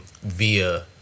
via